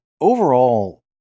Overall-